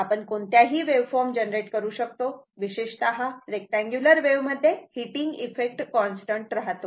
आपण कोणत्याही waveform generate करू शकतो विशेषतः रेक्टअंगुलर वेव्ह मध्ये हीटिंग इफेक्ट कॉन्स्टंट राहतो